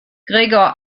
gregor